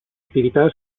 attività